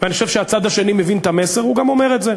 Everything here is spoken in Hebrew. ואני חושב שהצד השני מבין את המסר והוא גם אומר את זה.